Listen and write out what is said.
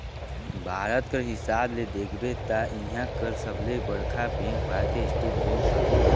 भारत कर हिसाब ले देखबे ता इहां कर सबले बड़खा बेंक भारतीय स्टेट बेंक हवे